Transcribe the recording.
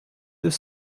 deux